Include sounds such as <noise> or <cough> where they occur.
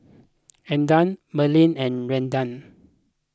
<noise> Ednah Merlin and Redden